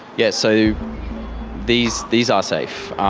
yeah, so these these are safe,